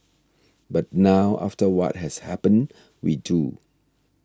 but now after what has happened we do